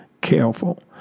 careful